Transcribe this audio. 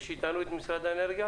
יש אתנו נציגים של משרד האנרגיה?